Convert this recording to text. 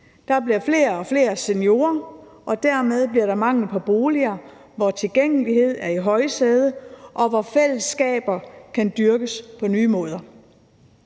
Der bliver flere og flere seniorer, og dermed bliver der mangel på boliger, hvor tilgængelighed er i højsædet, og hvor fællesskaber kan dyrkes på nye måder.